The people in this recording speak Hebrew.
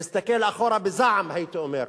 להסתכל אחורה בזעם, הייתי אומר,